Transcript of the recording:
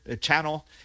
Channel